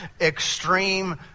Extreme